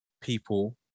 people